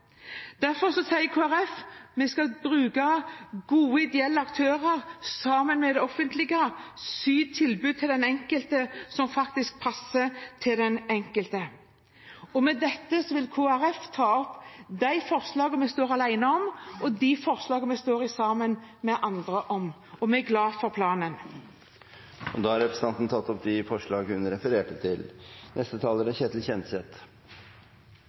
Derfor sier Kristelig Folkeparti at vi skal bruke gode, ideelle aktører sammen med det offentlige, sy sammen et tilbud som faktisk passer til den enkelte. Med dette vil jeg ta opp de forslagene som Kristelig Folkeparti står alene om, og de forslagene vi står sammen med andre om. Vi er glade for planen. Representanten Olaug V. Bollestad har tatt opp de forslagene hun refererte til.